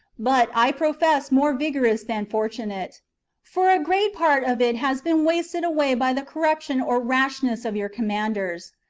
but, i profess, more vigorous than fortunate for a great part of it has been wasted away by the corruption or rashness of your commanders.